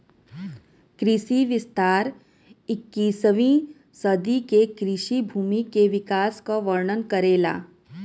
कृषि विस्तार इक्कीसवीं सदी के कृषि भूमि के विकास क वर्णन करेला